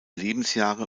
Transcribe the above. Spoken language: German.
lebensjahre